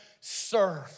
serve